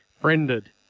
friended